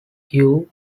yue